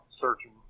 searching